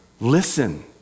listen